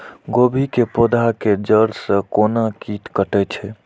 गोभी के पोधा के जड़ से कोन कीट कटे छे?